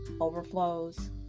overflows